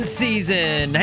season